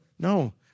No